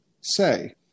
say